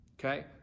okay